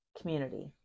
community